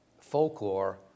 folklore